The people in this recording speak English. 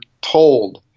told